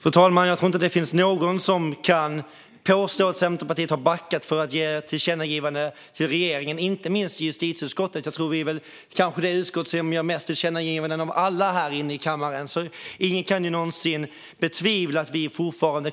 Fru talman! Jag tror inte att någon kan påstå att Centerpartiet har backat från att ge ett tillkännagivande till regeringen, inte minst vi i justitieutskottet. Jag tror att vi är det utskott som gör flest tillkännagivanden av alla här inne i kammaren. Ingen kan väl någonsin betvivla att vi